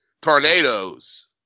Tornadoes